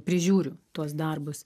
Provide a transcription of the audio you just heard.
prižiūriu tuos darbus